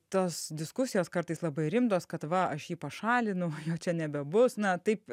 tos diskusijos kartais labai rimtos kad va aš jį pašalinau jo čia nebebus na taip